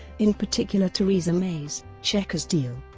in particular theresa may's chequers deal,